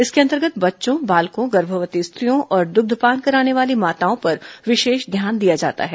इसके अतर्गत बच्चों बालकों गर्भवती स्त्रियों और दुग्धपान कराने वाली मातओं पर विशेष ध्यान दिया जाता है